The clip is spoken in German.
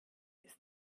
ist